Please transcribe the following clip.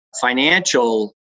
financial